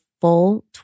full